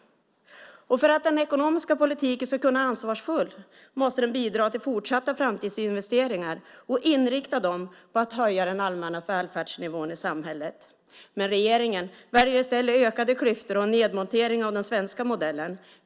För att den ekonomiska politiken ska kunna vara ansvarsfull måste den bidra till fortsatta framtidsinvesteringar och inrikta dem på att höja den allmänna välfärdsnivån i samhället. Men regeringen väljer i stället ökade klyftor och nedmontering av den svenska modellen.